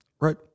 Right